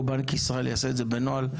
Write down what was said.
או בנק ישראל יעשה את זה בנוהל,